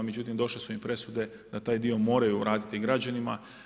Međutim, došle su im presude da taj dio moraju vratiti građanima.